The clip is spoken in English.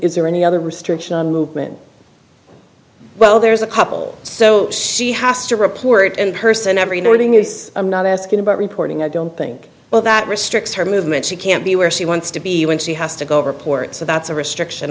is there any other restriction on movement well there's a couple so she has to report in person every morning use i'm not asking about reporting i don't think well that restricts her movement she can't be where she wants to be when she has to go report so that's a restriction